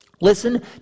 Listen